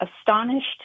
astonished